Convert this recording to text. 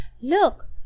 look